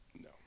No